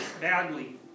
badly